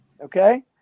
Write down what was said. Okay